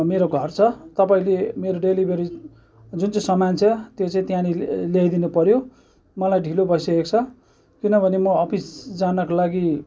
मेरो घर छ तपाईँले मेरो डेलिभेरी जुन चाहिँ सामान छ त्यो चाहिँ त्यहाँनिर ल्याइदिनु पऱ्यो मलाई ढिलो भइसकेको छ किनभने म अफिस जानको लागि